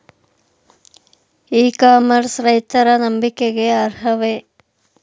E commerce ರೈತರ ನಂಬಿಕೆಗೆ ಅರ್ಹವೇ?